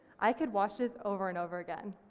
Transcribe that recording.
i could watch this over and over again.